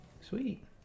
Sweet